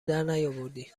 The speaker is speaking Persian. درنیاوردی